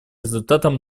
результатом